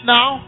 now